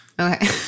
Okay